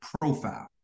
profile